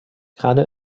gerade